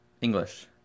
English